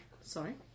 Sorry